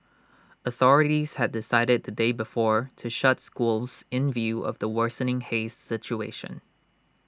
authorities had decided the day before to shut schools in view of the worsening haze situation